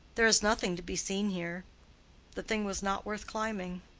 there is nothing to be seen here the thing was not worth climbing.